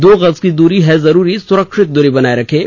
दो गज की दूरी है जरूरी सुरक्षित दूरी बनाए रखें